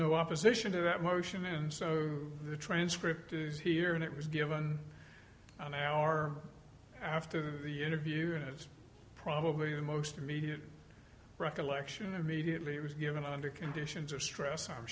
no opposition to that motion and so the transcript is here and it was given an hour after the interview and it's probably the most immediate recollection of mediately it was given under conditions of stress i'm